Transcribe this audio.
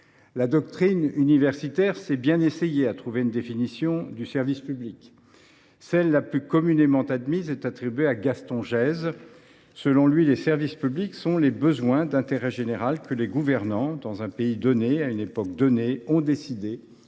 La doctrine universitaire s’est bien essayée à trouver une définition du service public. Celle qui est la plus communément admise est attribuée à Gaston Jèze. Selon lui, les services publics sont « les besoins d’intérêt général que les gouvernants, dans un pays donné, à une époque donnée, ont décidé